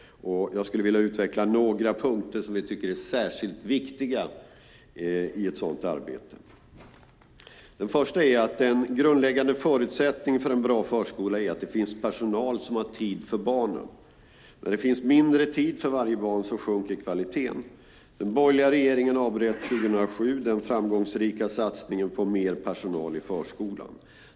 Jag ska utveckla några punkter som vi tycker är särskilt viktiga i ett sådant arbete. Den första punkten är att en grundläggande förutsättning för en bra förskola att det finns personal som har tid för barnen. När det finns mindre tid för varje barn sjunker kvaliteten. Den borgerliga regeringen avbröt 2007 den framgångsrika satsningen på mer personal i förskolan.